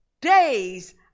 days